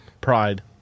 Pride